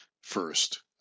first